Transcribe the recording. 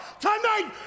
tonight